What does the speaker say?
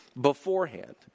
beforehand